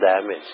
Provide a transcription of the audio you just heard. damage